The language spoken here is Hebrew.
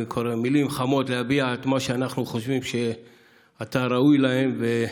מילים חמות להביע את מה שאנחנו חושבים שאתה ראוי לו.